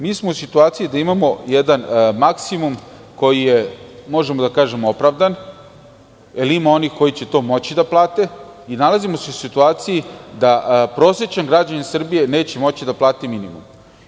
Mi smo u situaciji da imamo jedan maksimum koji je, možemo da kažemo, opravdan, jer ima onih koji će to moći da plate i nalazimo se u situaciji da prosečan građanin Srbije neće moći da plati minimum.